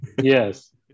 Yes